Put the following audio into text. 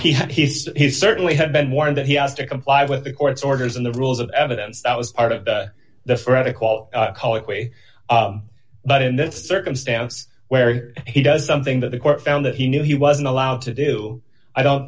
he sed he certainly had been warned that he has to comply with the court's orders and the rules of evidence that was part of the for ethical way but in the circumstances where he does something that the court found that he knew he wasn't allowed to do i don't